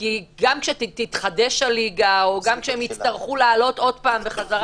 גם כשתתחדש הליגה או כשהם יצטרכו לעלות בחזרה